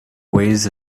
ways